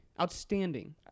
Outstanding